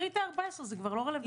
אז תשחררי את ה-14, זה כבר לא רלוונטי.